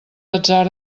atzar